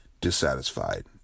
dissatisfied